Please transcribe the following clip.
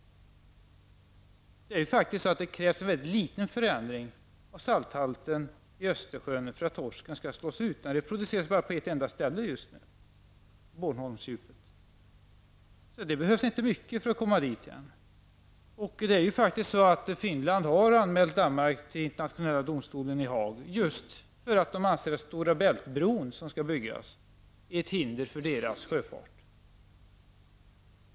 Det krävs faktiskt en väldigt liten förändring av salthalten i Östersjön för att torsken skall slås ut. Den reproduceras just nu bara på ett enda ställe -- Bornholmsdjupet. Det behövs inte mycket för att man skall hamna i ett sådant läge. Finland har faktiskt anmält Danmark till den internationella domstolen i Haag. Man har gjort anmälan därför att man anser att Stora Bält-bron, som skall byggas, är ett hinder för deras sjöfart.